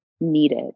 needed